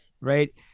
right